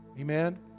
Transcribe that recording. Amen